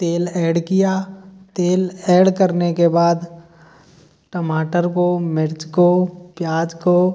तेल ऐड किया तेल ऐड करने के बाद टमाटर को मिर्च को प्याज को